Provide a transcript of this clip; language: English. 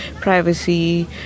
privacy